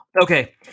Okay